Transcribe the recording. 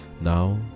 Now